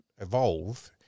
evolve